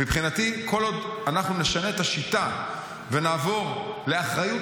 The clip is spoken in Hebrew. מבחינתי כל עוד אנחנו נשנה את השיטה ונעבור לאחריות